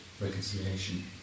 reconciliation